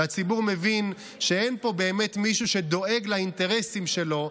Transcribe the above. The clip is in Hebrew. והציבור מבין שאין פה באמת מישהו שדואג לאינטרסים שלו,